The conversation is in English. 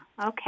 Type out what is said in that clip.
Okay